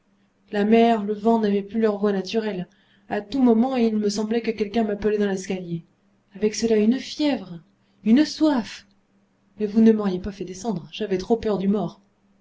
la mer le vent n'avaient plus leurs voix naturelles à tout moment il me semblait que quelqu'un m'appelait dans l'escalier avec cela une fièvre une soif mais vous ne m'auriez pas fait descendre j'avais trop peur du mort